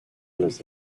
los